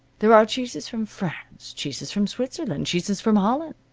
there are cheeses from france, cheeses from switzerland, cheeses from holland.